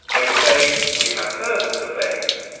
they say, we have heard and obeyed,